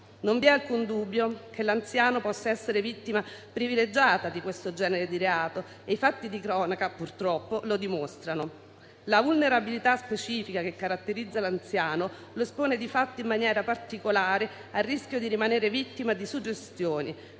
Non vi è alcun dubbio che l'anziano possa essere vittima privilegiata di questo genere di reato e i fatti di cronaca purtroppo lo dimostrano. La vulnerabilità specifica che caratterizza l'anziano lo espone difatti, in maniera particolare, al rischio di rimanere vittima di suggestioni,